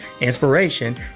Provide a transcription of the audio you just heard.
inspiration